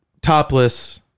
topless